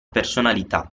personalità